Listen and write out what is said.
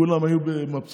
כולם היו מבסוטים.